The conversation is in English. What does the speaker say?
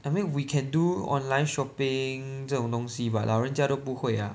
I mean we can do online shopping 这种东西 but 老人家都不会呀